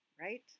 right